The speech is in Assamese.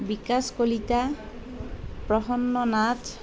বিকাশ কলিতা প্ৰসন্ন নাথ